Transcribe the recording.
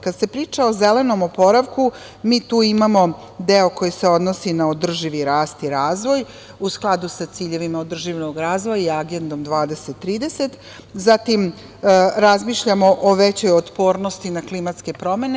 Kada se priča o zelenom oporavku, mi tu imamo deo koji se odnosi na održivi rast i razvoj u skladu sa ciljevima održivog razvoja i Agendom 2030, zatim razmišljamo o većoj otpornosti na klimatske promene.